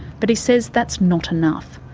but he says that's not enough.